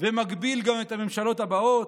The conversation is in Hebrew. ומגביל גם את הממשלות הבאות.